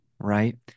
right